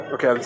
Okay